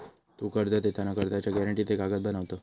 तु कर्ज देताना कर्जाच्या गॅरेंटीचे कागद बनवत?